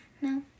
No